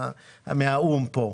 לא מהאו"ם פה,